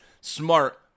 smart